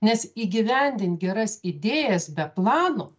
nes įgyvendint geras idėjas be plano